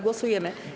Głosujemy.